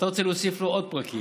אתה רוצה להוסיף לו עוד פרקים.